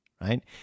right